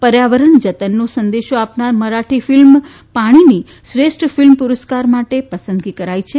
પર્યાવરણ જતનનો સંદેશો આપનાર મરાઠી ફિલ્મ પાણીની શ્રેષ્ઠ ફિલ્મ પુરસ્કાર માટે પસંદગી કરાઈ છે